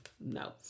no